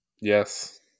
Yes